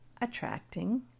attracting